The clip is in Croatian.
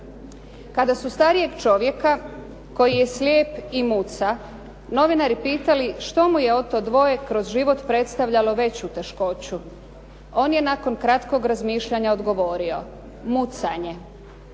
Kada su starijeg čovjeka koji je slijep i muca novinari pitali što mu je od to dvoje kroz život predstavljalo veću teškoću on je nakon kratkog razmišljanja odgovorio – mucanje.